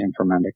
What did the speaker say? informatics